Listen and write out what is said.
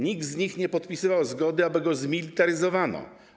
Nikt z nich nie podpisywał zgody na to, aby go zmilitaryzowano.